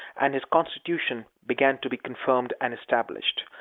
and his constitution began to be confirmed and established.